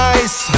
Nice